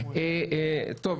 ככה אומרים.